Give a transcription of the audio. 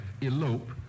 elope